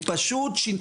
היא פשוט,